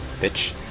bitch